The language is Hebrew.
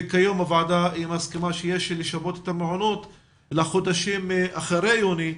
וכיום הוועדה מסכימה שיש לשפות את המעונות לחודשים שאחרי יוני,